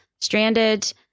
stranded